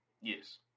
Yes